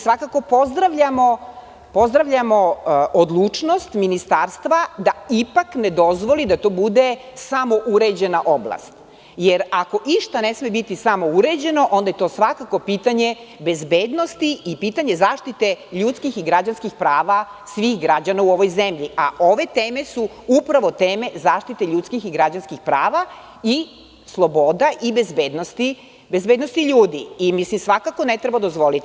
Svakako pozdravljamo odlučnost ministarstva da ipak ne dozvoli da to bude samouređena oblast, jer ako išta ne sme biti samouređeno onda je to pitanje bezbednosti i pitanje zaštite ljudskih i građanskih prava svih građana u ovoj zemlji, a ove teme su upravo teme zaštite ljudskih i građanskih prava i sloboda i bezbednosti ljudi i mislim svakako ne treba dozvoliti.